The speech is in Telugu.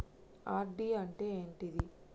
ఆర్.డి అంటే ఏంటిది?